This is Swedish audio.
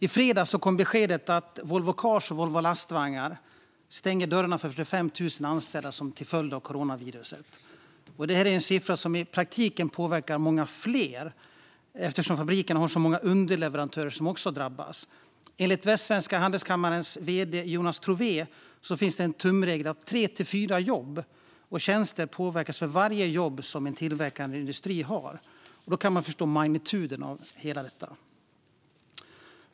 I fredags kom beskedet att Volvo Cars och Volvo Lastvagnar stänger dörrarna för 45 000 anställda till följd av coronaviruset. Detta är en siffra som i praktiken påverkar många fler, eftersom fabrikerna har så många underleverantörer som också drabbas. Enligt Västsvenska Handelskammarens vd Johan Trouvé finns det en tumregel att tre till fyra jobb och tjänster påverkas för varje jobb som en tillverkande industri har. Då kan man förstå magnituden av detta.